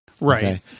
Right